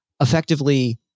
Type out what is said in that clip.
effectively